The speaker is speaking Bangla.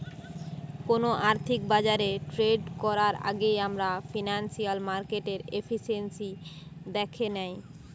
কোনো আর্থিক বাজারে ট্রেড করার আগেই আমরা ফিনান্সিয়াল মার্কেটের এফিসিয়েন্সি দ্যাখে নেয়